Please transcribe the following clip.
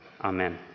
Amen